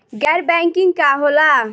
गैर बैंकिंग का होला?